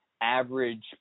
average